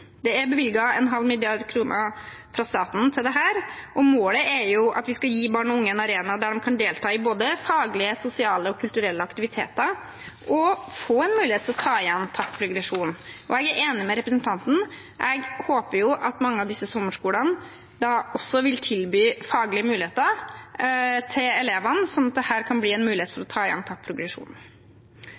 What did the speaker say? Det er bevilget en halv milliard kroner fra staten til dette. Målet er at vi skal gi barn og unge en arena der de kan delta i både faglige, sosiale og kulturelle aktiviteter og få en mulighet til å ta igjen tapt progresjon. Og jeg er enig med representanten: Jeg håper jo at mange av disse sommerskolene også vil tilby faglige muligheter til elevene, sånn at dette kan bli en mulighet til å ta